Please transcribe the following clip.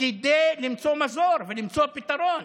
כדי למצוא מזור ולמצוא פתרון.